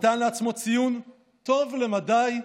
נתן לעצמו ציון טוב למדי,